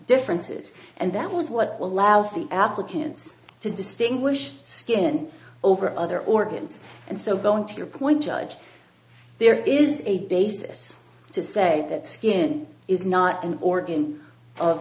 differences and that was what allows the applicants to distinguish skin over other organs and so bone to your point judge there is a basis to say that skin is not an organ of